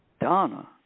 Donna